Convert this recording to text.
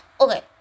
Okay